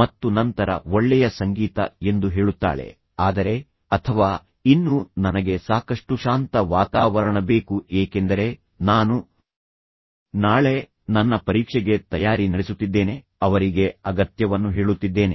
ಮತ್ತು ನಂತರ ಒಳ್ಳೆಯ ಸಂಗೀತ ಎಂದು ಹೇಳುತ್ತಾಳೆ ಆದರೆ ಅಥವಾ ಇನ್ನೂ ನನಗೆ ಸಾಕಷ್ಟು ಶಾಂತ ವಾತಾವರಣ ಬೇಕು ಏಕೆಂದರೆ ನಾನು ನಾಳೆ ನನ್ನ ಪರೀಕ್ಷೆಗೆ ತಯಾರಿ ನಡೆಸುತ್ತಿದ್ದೇನೆ ಅವರಿಗೆ ಅಗತ್ಯವನ್ನು ಹೇಳುತ್ತಿದ್ದೇನೆ